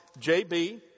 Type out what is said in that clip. JB